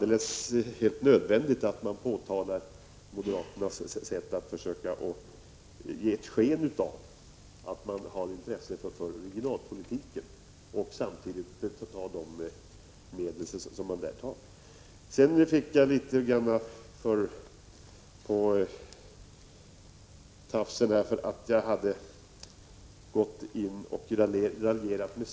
Det är helt nödvändigt att påtala detta moderaternas försök att ge sken av att man har intresse för regionalpolitiken. Jag fick på tafsen för att jag hade raljerat med centern.